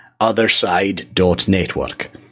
otherside.network